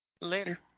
Later